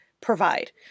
provide